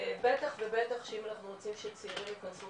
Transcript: ובטח ובטח שאם אנחנו רוצים שצעירים ייכנסו